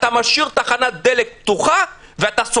שאתה משאיר תחנת דלק פתוחה,